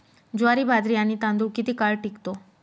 ज्वारी, बाजरी आणि तांदूळ किती काळ टिकतो?